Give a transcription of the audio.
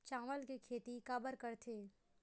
चावल के खेती काबर करथे?